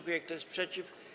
Kto jest przeciw?